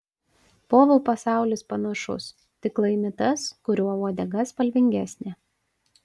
povų pasaulis panašus tik laimi tas kurio uodega spalvingesnė